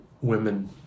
women